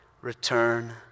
return